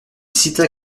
cita